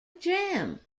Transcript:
gym